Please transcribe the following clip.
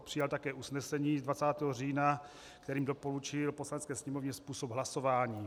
Přijal také usnesení z 20. října, kterým doporučil Poslanecké sněmovně způsob hlasování.